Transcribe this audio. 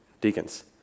deacons